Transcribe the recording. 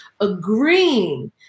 agreeing